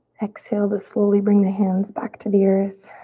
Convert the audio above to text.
exhale to slowly bring the hands back to the earth.